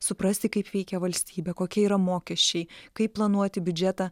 suprasti kaip veikia valstybė kokie yra mokesčiai kaip planuoti biudžetą